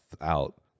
out